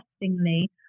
interestingly